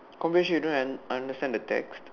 comprehension you don't un~ understand the text